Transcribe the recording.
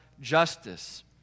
justice